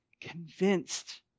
convinced